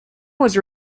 was